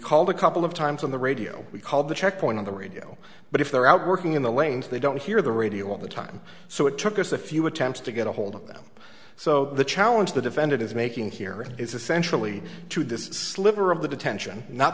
called a couple of times on the radio we call the checkpoint on the radio but if they're out working in the lanes they don't hear the radio all the time so it took us a few attempts to get a hold of them so the challenge the defendant is making here is essentially to this sliver of the detention not